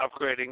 upgrading